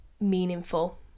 meaningful